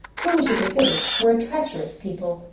who, she considered, were a treacherous people,